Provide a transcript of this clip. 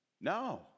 No